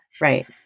Right